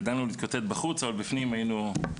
ידענו להתקוטט בחוץ אבל בפנים שיתפנו פעולה.